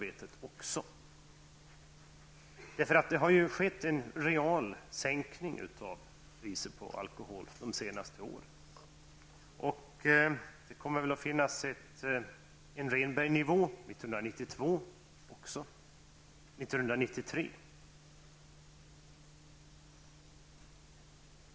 Alkoholpriset har ju relativt sänkts de senaste åren. Och det kommer väl att finnas en Rehnbergnivå också 1992 och 1993.